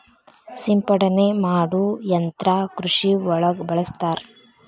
ಸಿಂಪಡನೆ ಮಾಡು ಯಂತ್ರಾ ಕೃಷಿ ಒಳಗ ಬಳಸ್ತಾರ